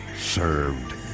served